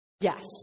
yes